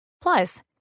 Plus